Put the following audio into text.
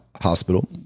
hospital